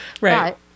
Right